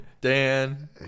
Dan